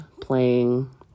playing